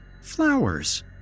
flowers